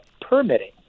permitting